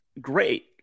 great